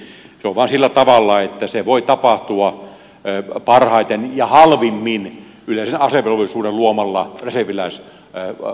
se on vain sillä tavalla että se voi tapahtua parhaiten ja halvimmin yleisen asevelvollisuuden luomalla reserviläisarmeijalla